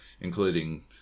including